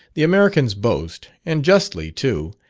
the americans boast, and justly, too,